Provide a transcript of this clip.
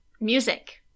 Music